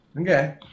Okay